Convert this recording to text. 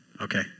Okay